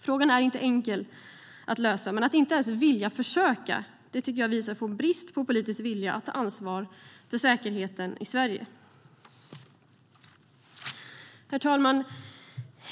Frågan är inte enkel att lösa, men att inte ens vilja försöka tycker jag visar på brist på politisk vilja att ta ansvar för säkerheten i Sverige. Herr talman!